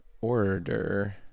order